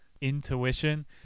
intuition